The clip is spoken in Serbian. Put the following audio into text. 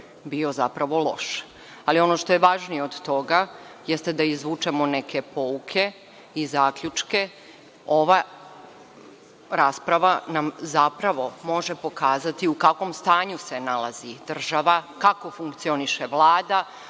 bio zapravo loš. Ali, ono što je važnije od toga, jeste da izvučemo neke pouke i zaključke. Ova rasprava nam zapravo može pokazati u kakvom stanju se nalazi država, kako funkcioniše Vlada,